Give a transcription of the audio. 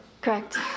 Correct